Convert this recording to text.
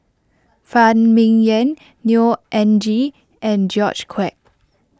Phan Ming Yen Neo Anngee and George Quek